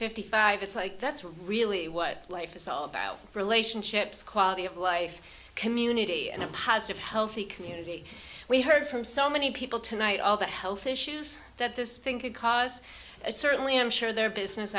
fifty five it's like that's really what life is all about relationships quality of life community and a positive healthy community we heard from so many people tonight all that health issues that this thing could cause certainly i'm sure there are business